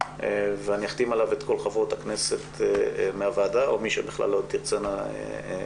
ואני אחתים עליו את כל חברות הכנסת מהוועדה או מי שתרצה להצטרף.